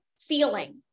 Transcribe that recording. feeling